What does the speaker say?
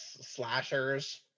slashers